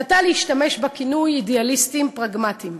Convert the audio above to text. נטה להשתמש בכינוי 'אידיאליסטים פרגמטיים'.